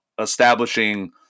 establishing